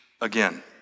again